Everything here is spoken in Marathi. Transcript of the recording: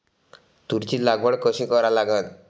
तुरीची लागवड कशी करा लागन?